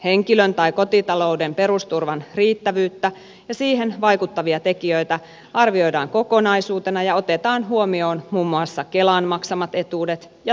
henkilön tai kotitalouden perusturvan riittävyyttä ja siihen vaikuttavia tekijöitä arvioidaan kokonaisuutena ja otetaan huomioon muun muassa kelan maksamat etuudet ja toimeentulotuki